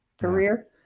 career